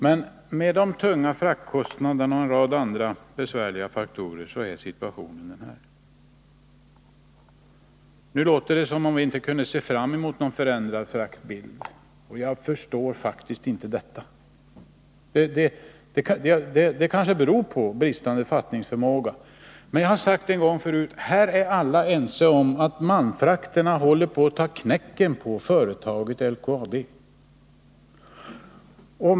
Men med dessa tunga fraktkostnader och en rad andra besvärliga faktorer är situationen den här. Nu låter det som om vi inte kunde se fram emot någon förändrad fraktbild. Jag förstår inte det. Det beror kanske på bristande fattningsförmåga. Men jag har sagt en gång förut: Här är alla ense om att malmfrakterna håller på att ta knäcken på företaget LKAB.